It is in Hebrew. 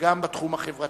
וגם בתחום החברתי,